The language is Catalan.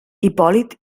hipòlit